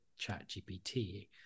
ChatGPT